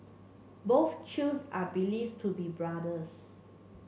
both Chews are believed to be brothers